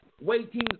waiting